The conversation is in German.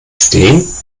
stehen